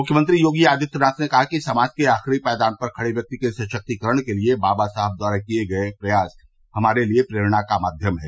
मुख्यमंत्री योगी आदित्यनाथ ने कहा कि समाज के आखिरी पायदान पर खड़े व्यक्ति के सशक्तिकरण के लिए बाबा साहब द्वारा किये गये प्रयास हमारे लिए प्रेरणा का माध्यम है